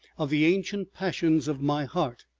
of the ancient passions of my heart.